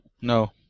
No